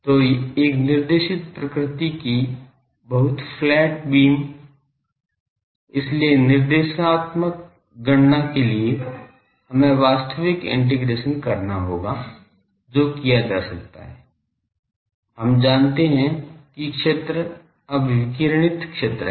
तो एक निर्देशित प्रकृति की बहुत फ्लैट बीम इसलिए निर्देशात्मक गणना के लिए हमें वास्तविक इंटीग्रेशन करना होगा जो किया जा सकता है हम जानते हैं कि क्षेत्र अब विकिरणित क्षेत्र है